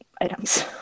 items